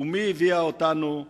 ומי הביא אותנו אליה.